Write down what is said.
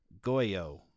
Goyo